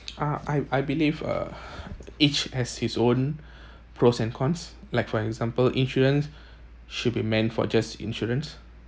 ah I I believe uh each has his own pros and cons like for example insurance should be meant for just insurance